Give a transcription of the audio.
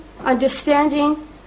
understanding